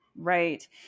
Right